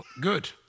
Good